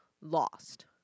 lost